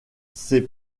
ses